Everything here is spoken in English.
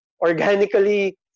organically